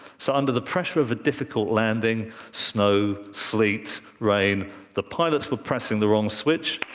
so under the pressure of a difficult landing snow, sleet, rain the pilots were pressing the wrong switch,